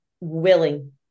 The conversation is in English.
willing